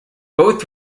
both